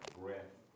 breath